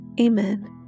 Amen